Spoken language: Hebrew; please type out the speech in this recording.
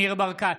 ניר ברקת,